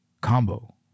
combo